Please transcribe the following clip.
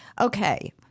Okay